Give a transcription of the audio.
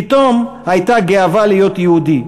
פתאום הייתה גאווה להיות יהודי,